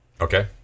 Okay